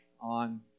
on